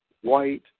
white